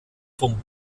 vom